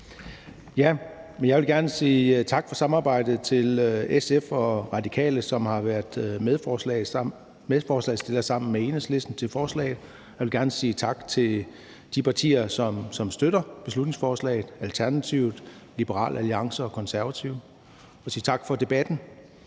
Jeg vil gerne sige tak for samarbejdet til SF og Radikale, som har været medforslagsstillere på forslaget, og jeg vil gerne sige tak til de partier, som støtter beslutningsforslaget – Alternativet, Liberal Alliance og Konservative – og sige tak for debatten.